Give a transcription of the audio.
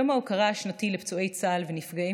יום ההוקרה השנתי לפצועי צה"ל ונפגעי